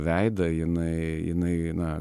veidą jinai jinai na